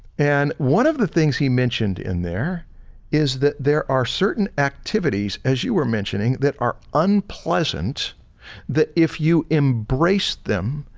and one of the things he mentioned in there is that there are certain activities as you were mentioning, that are unpleasant that if you embrace them,